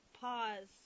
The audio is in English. pause